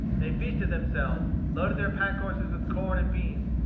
they feasted themselves, loaded their pack-horses with corn and beans,